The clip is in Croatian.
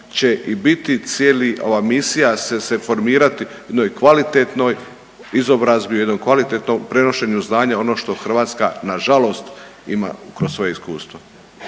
će i biti cijeli ova misija se formirati u jednoj kvalitetnoj izobrazbi, u jednom kvalitetnom prenošenju znanja, ono što Hrvatska nažalost ima kroz svoje iskustvo.